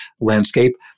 landscape